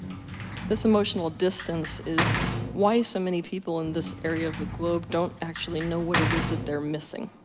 this emotional distance is why so many people in this area of the globe, don't actually know what it is that they're missing.